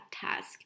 task